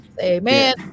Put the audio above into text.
Amen